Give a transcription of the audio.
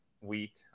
week